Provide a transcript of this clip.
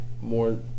more